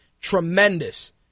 tremendous